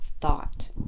thought